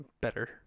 better